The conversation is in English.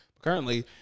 currently